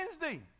Wednesday